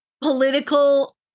political